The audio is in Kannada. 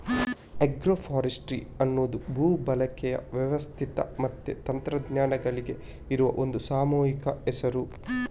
ಆಗ್ರೋ ಫಾರೆಸ್ಟ್ರಿ ಅನ್ನುದು ಭೂ ಬಳಕೆಯ ವ್ಯವಸ್ಥೆ ಮತ್ತೆ ತಂತ್ರಜ್ಞಾನಗಳಿಗೆ ಇರುವ ಒಂದು ಸಾಮೂಹಿಕ ಹೆಸರು